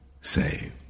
saved